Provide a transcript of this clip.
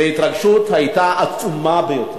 וההתרגשות היתה עצומה ביותר.